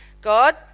God